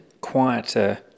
quieter